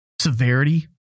severity